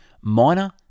minor